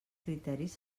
criteris